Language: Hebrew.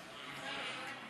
כן.